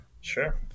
Sure